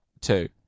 Two